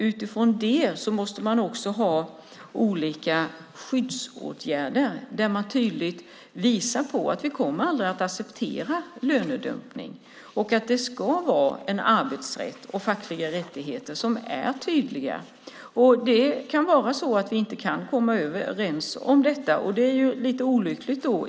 Utifrån det måste man också ha olika skyddsåtgärder där man tydligt visar att vi aldrig kommer att acceptera lönedumpning och att arbetsrätten och de fackliga rättigheterna ska vara tydliga. Vi kanske inte kan komma överens om detta, vilket i så fall är lite olyckligt.